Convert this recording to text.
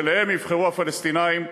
שאותם יבחרו הפלסטינים,